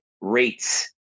rates